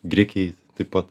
grikiai taip pat